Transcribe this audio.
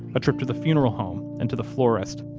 a trip to the funeral home and to the florist,